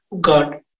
God